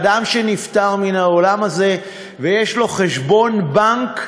אדם שנפטר מן העולם הזה ויש לו חשבון בנק,